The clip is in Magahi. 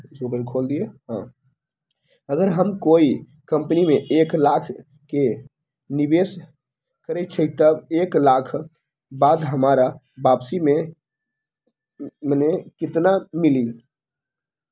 अगर हम कोई कंपनी में एक लाख के निवेस करईछी त एक साल बाद हमरा वापसी में केतना मिली?